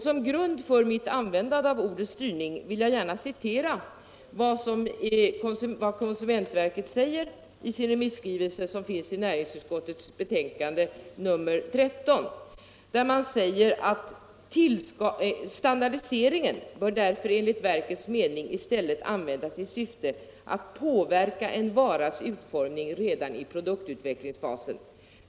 Som grund för mitt användande av ordet styrning vill jag gärna citera vad konsumentverket säger i sin remissskrivelse, som finns refererad i näringsutskottets betänkande nr 13: ”Standardiseringen bör därför enligt verkets mening i stället användas i syfte att påverka en varas utformning redan i produktutvecklingsfasen.